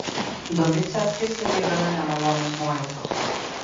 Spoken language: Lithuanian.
domicę prislėgė gana nemalonios nuojautos